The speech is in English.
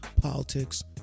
politics